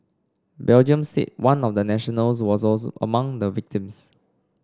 Belgium said one of the nationals was also among the victims